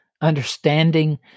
understanding